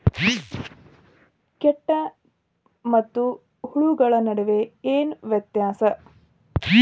ಕೇಟ ಮತ್ತು ಹುಳುಗಳ ನಡುವೆ ಏನ್ ವ್ಯತ್ಯಾಸ?